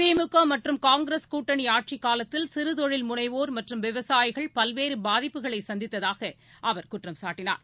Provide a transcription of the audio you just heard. திமுகமற்றும் காங்கிரஸ் கூட்டணிஆட்சிக் காலத்தில் சிறுதொழில் முனைவோா் மற்றும் விவசாயிகள் பல்வேறுபாதிப்புகளைசந்தித்தாகஅவர் குற்றஞ்சாட்டினார்